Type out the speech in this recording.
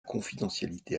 confidentialité